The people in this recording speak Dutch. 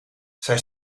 zijn